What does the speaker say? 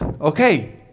Okay